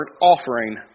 offering